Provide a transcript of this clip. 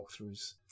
walkthroughs